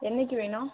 என்னைக்கு வேணும்